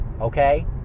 Okay